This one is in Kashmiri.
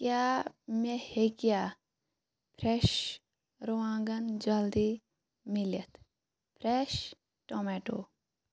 کیٛاہ مےٚ ہیٚکیٛاہ فرٛیٚش رُوانٛگن جلدِی میٖلِتھ